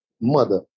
mother